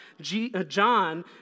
John